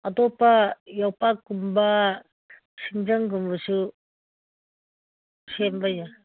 ꯑꯇꯣꯞꯄ ꯌꯣꯄꯥꯛꯀꯨꯝꯕ ꯁꯤꯡꯖꯪꯒꯨꯝꯕꯁꯨ ꯁꯦꯝꯕ ꯌꯥꯏ